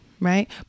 Right